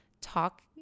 talk